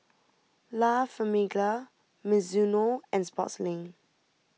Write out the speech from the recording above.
La Famiglia Mizuno and Sportslink